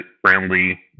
friendly